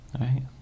right